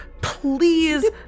please